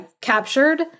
captured